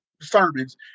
sermons